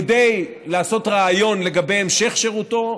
כדי לעשות ריאיון לגבי המשך שירותו,